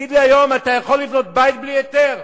תגיד לי, היום, אתה יכול לבנות בית בלי היתר?